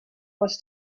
was